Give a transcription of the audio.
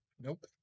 Nope